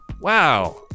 Wow